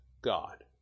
God